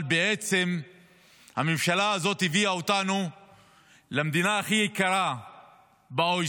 אבל בעצם הממשלה הזאת הביאה אותנו למדינה הכי יקרה ב-OECD.